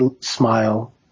smile